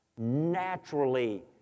naturally